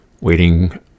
waiting